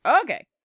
okay